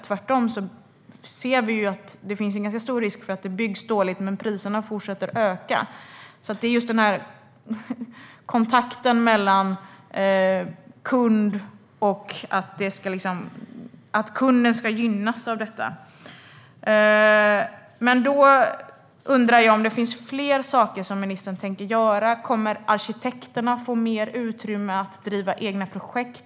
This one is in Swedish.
Tvärtom finns det en ganska stor risk att det byggs dåligt, men att priserna fortsätter att öka. Kunden ska alltså gynnas av detta. Då undrar jag om det finns fler saker som ministern tänker göra. Kommer arkitekterna att få mer utrymme att driva egna projekt?